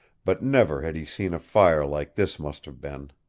but never had he seen a fire like this must have been.